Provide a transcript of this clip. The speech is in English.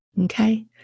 okay